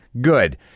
good